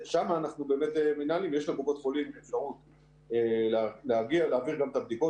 יש לקופות החולים אפשרות להעביר גם את הבדיקות